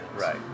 Right